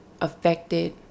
affected